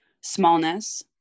smallness